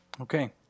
Okay